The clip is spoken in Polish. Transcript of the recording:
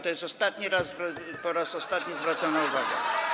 To jest ostatni raz, po raz ostatni zwracana uwaga.